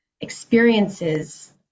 experiences